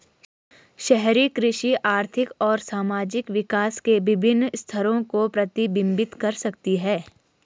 शहरी कृषि आर्थिक और सामाजिक विकास के विभिन्न स्तरों को प्रतिबिंबित कर सकती है